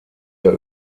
der